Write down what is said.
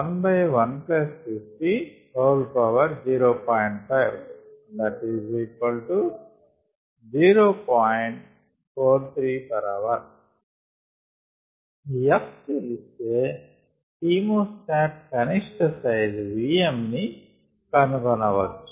43 h 1 F తెలిస్తే chemostat కనిష్ట size V m ని కనుగొనవచ్చు